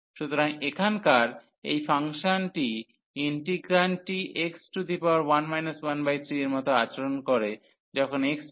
সুতরাং এখানকার এই ফাংশনটি ইন্টিগ্রান্ডটি x1 13 এর মত আচরণ করে যখন x→∞